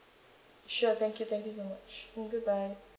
sure thank you thank you so much mm good bye